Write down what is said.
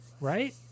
right